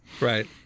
Right